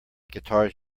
guitars